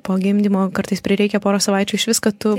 po gimdymo kartais prireikia poros savaičių išvis kad tu